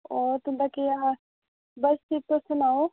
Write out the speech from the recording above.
होर तुंदा केह् हाल ऐ बस ठीक तुस सनाओ